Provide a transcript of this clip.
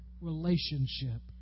relationship